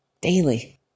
Daily